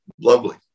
lovely